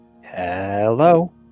Hello